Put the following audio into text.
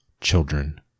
children